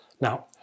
Now